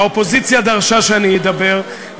האופוזיציה דרשה שאני אדבר,